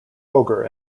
ogre